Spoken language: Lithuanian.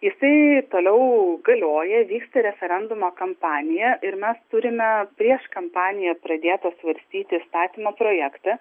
jisai toliau galioja vyksta referendumo kampanija ir mes turime prieš kampaniją pradėtą svarstyti įstatymo projektą